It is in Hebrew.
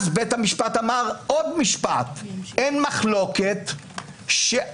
אז בית המשפט אמר עוד משפט: אין מחלוקת שאף